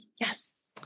yes